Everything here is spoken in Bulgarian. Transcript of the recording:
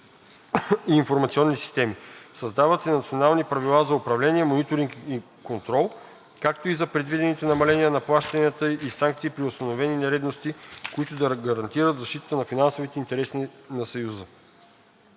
и информационни системи. Създават се национални правила за управление, мониторинг и контрол, както и за предвидените намаления на плащанията и санкции при установени нередности, които да гарантират защитата на финансовите интереси на Съюза.